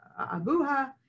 Abuha